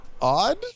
odd